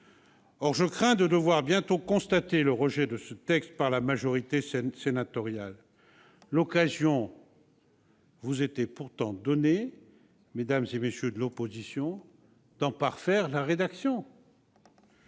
Or je crains de devoir bientôt constater le rejet de ce texte par la majorité sénatoriale. L'occasion vous était pourtant donnée, mesdames, messieurs de l'opposition, d'en parfaire la rédaction.